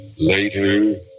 ...later